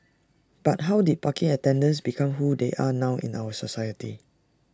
but how did parking attendants become who they are now in our society